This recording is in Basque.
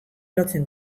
lotzen